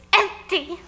empty